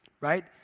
Right